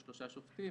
בשלושה שופטים.